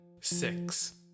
six